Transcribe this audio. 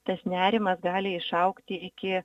tas nerimas gali išaugti iki